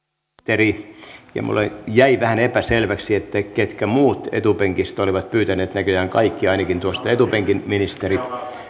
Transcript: ensin pääministerille ja minulle jäi vähän epäselväksi ketkä muut etupenkissä olivat pyytäneet näköjään tuosta ainakin kaikki etupenkin ministerit